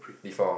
before